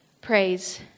praise